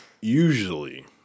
usually